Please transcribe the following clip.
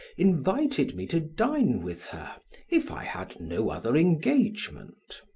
invited me to dine with her if i had no other engagement.